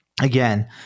again